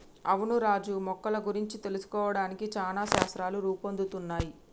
అవును రాజు మొక్కల గురించి తెలుసుకోవడానికి చానా శాస్త్రాలు రూపొందుతున్నయ్